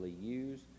use